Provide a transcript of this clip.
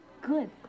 Good